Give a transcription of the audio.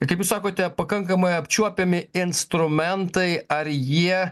kaip jūs sakote pakankamai apčiuopiami instrumentai ar jie